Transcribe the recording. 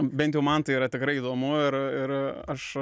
bent jau man tai yra tikrai įdomu ir ir aš